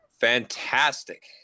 fantastic